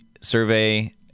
survey